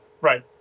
Right